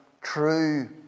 true